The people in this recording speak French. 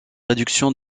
réduction